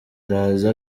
araza